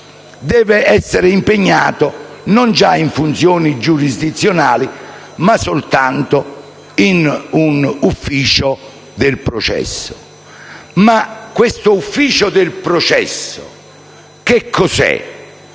deve essere impegnato non già in funzioni giurisdizionali ma soltanto in un ufficio del processo. Cos'è questo ufficio del processo, e cosa